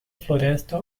floresta